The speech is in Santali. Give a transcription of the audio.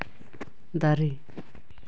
ᱫᱟᱨᱮ